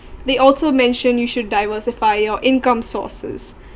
they also mentioned you should diversify your income sources